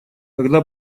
когда